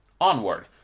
Onward